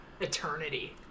Eternity